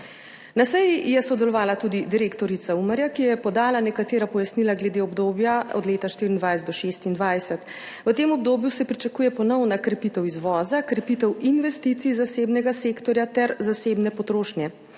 Na seji je sodelovala tudi direktorica Umarja, ki je podala nekatera pojasnila glede obdobja od leta 2024 do 2026. V tem obdobju se pričakuje ponovna krepitev izvoza, krepitev investicij zasebnega sektorja ter zasebne potrošnje,